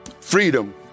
Freedom